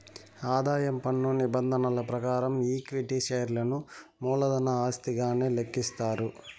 ఆదాయం పన్ను నిబంధనల ప్రకారం ఈక్విటీ షేర్లను మూలధన ఆస్తిగానే లెక్కిస్తారు